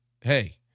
Hey